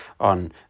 on